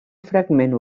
fragment